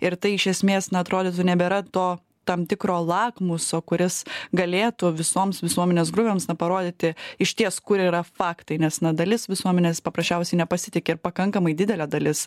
ir tai iš esmės na atrodytų nebėra to tam tikro lakmuso kuris galėtų visoms visuomenės grupėms na parodyti išties kur yra faktai nes na dalis visuomenės paprasčiausiai nepasitiki ir pakankamai didelė dalis